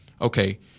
okay